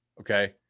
Okay